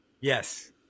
Yes